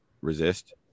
resist